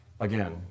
Again